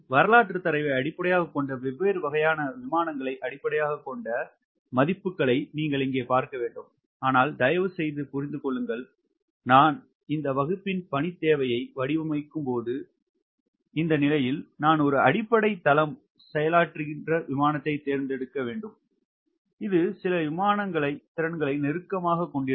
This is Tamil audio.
வரலாற்றுத் தரவை அடிப்படையாகக் கொண்ட வெவ்வேறு வகையான விமானங்களை அடிப்படையாகக் கொண்ட வரலாற்று மதிப்புகளை நீங்கள் இங்கே பார்க்க வேண்டும் ஆனால் தயவுசெய்து புரிந்து கொள்ளுங்கள் நான் இந்த வகுப்பின் பணித் தேவையை வடிவமைக்கும்போது நான் ஒரு அடிப்படை தளம் செயலாற்றுகிற விமானத்தை தேர்ந்தெடுக்க வேண்டும் இது சில விமானங்கள் திறன்களை நெருக்கமாக கொண்டிருக்கும்